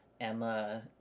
Emma